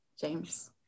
James